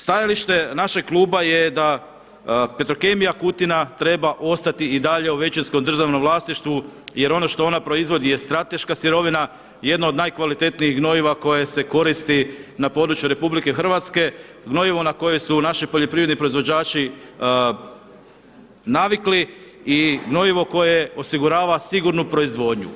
Stajalište našeg kluba da Petrokemija Kutina treba ostati i dalje u većinskom državnom vlasništvu jer ono što ona proizvodi je strateška sirovina, jedna od najkvalitetnijih gnojiva koje se koristi na području RH, gnojivo na koji su naši poljoprivredni proizvođači navikli i gnojivo koje osigurava sigurnu proizvodnju.